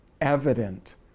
evident